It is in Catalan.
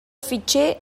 fitxer